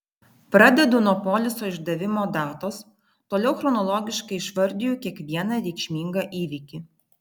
pradedu nuo poliso išdavimo datos toliau chronologiškai išvardiju kiekvieną reikšmingą įvykį